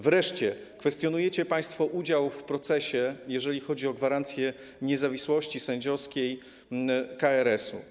Wreszcie kwestionujecie państwo udział w procesie, jeżeli chodzi o gwarancję niezawisłości sędziowskiej, KRS-u.